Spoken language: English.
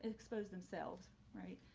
expose themselves. right.